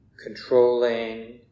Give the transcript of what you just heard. controlling